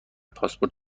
پاسپورت